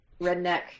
redneck